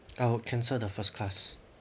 I would cancel the first class